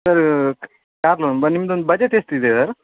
sir car loan ನಿಮ್ದೊಂದು budget ಎಷ್ಟಿದೆ sir